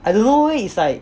I don't know eh it's like